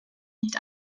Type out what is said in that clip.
nicht